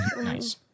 Nice